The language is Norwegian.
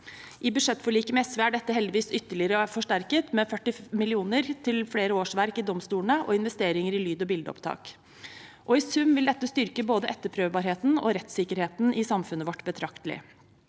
I budsjettforliket med SV er dette heldigvis ytterligere forsterket med 40 mill. kr til flere årsverk i domstolene og investeringer i lyd- og bildeopptak. I sum vil dette styrke både etterprøvbarheten og rettssikkerheten i samfunnet vårt betraktelig.